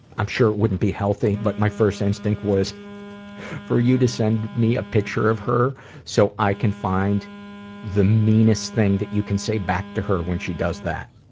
i'm sure it wouldn't be healthy, but my first instinct was for you to send me a picture of her, so i can find the meanest thing that you can say back to her when she does that.